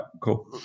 cool